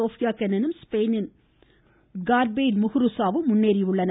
்பியா கெனினும் ஸ்பெயினின் கார்பைன் முகுருசாவும் முன்னேறியுள்ளனர்